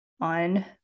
on